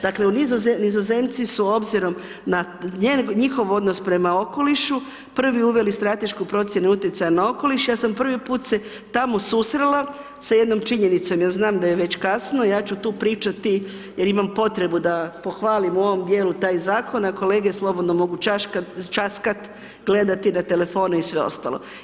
Dakle, nizozemci su obzirom na njihov odnos prema okolišu prvi uveli stratešku procjenu utjecaja na okoliš, ja sam prvi put se tamo susrela sa jednom činjenicom, ja znam da je već kasno, ja ću tu pričati jer imam potrebu da pohvalim u ovom dijelu taj zakon, a kolege slobodno mogu časkat, gledati na telefone i sve ostalo.